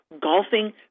golfing